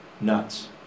nuts